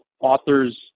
authors